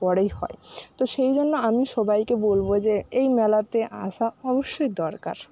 পরেই হয় তো সেই জন্য আমি সবাইকে বলবো যে এই মেলাতে আসা অবশ্যই দরকার